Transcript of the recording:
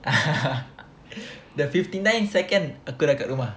the fifty nine second aku dah kat rumah